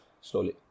Slowly